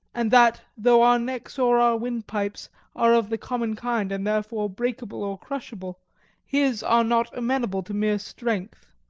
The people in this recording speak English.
and that, though our necks or our windpipes are of the common kind and therefore breakable or crushable his are not amenable to mere strength.